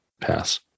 pass